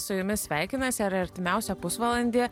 su jumis sveikinasi ar artimiausią pusvalandį